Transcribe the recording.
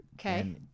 Okay